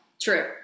True